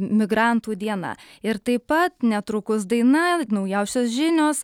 migrantų diena ir taip pat netrukus daina naujausios žinios